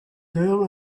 girl